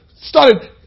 started